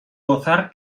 gozar